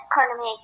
economy